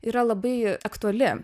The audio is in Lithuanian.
yra labai aktuali